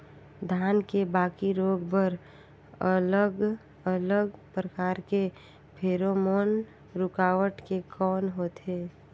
धान के बाकी रोग बर अलग अलग प्रकार के फेरोमोन रूकावट के कौन होथे?